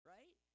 Right